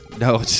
no